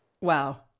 Wow